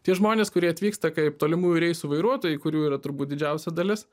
tie žmonės kurie atvyksta kaip tolimųjų reisų vairuotojai kurių yra turbūt didžiausia dalis